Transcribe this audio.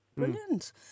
Brilliant